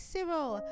Cyril